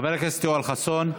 חבר הכנסת יואל חסון.